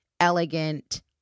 elegant